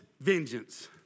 vengeance